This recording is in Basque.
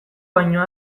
baino